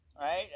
right